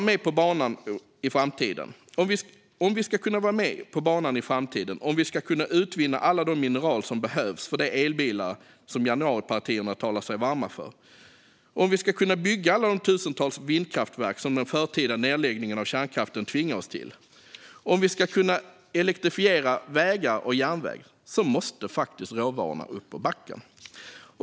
Men om vi ska kunna vara med på banan i framtiden och om vi ska kunna utvinna alla de mineraler som behövs för de elbilar som januaripartierna talar sig vara för, om vi ska kunna bygga alla de tusentals vindkraftverk som den förtida nedläggningen av kärnkraften tvingar oss till och om vi ska kunna elektrifiera vägar och järnvägar måste faktiskt råvarorna upp ur backen.